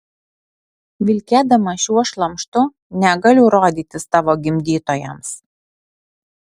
vilkėdama šiuo šlamštu negaliu rodytis tavo gimdytojams